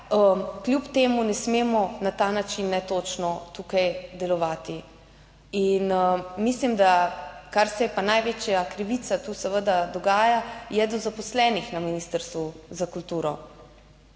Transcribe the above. Kljub temu ne smemo na ta način netočno tukaj delovati. Mislim, da kar se je pa največja krivica tu seveda dogaja je do zaposlenih na Ministrstvu za kulturo.